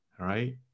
right